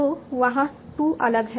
तो वहाँ 2 अलग हैं